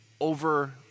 over